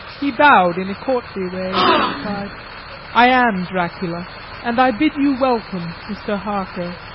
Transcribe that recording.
he bowed in a courtly way as he replied i am dracula and i bid you welcome, mr. harker,